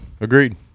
Agreed